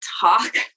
talk